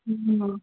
হুম